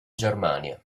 germania